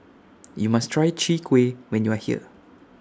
YOU must Try Chwee Kueh when YOU Are here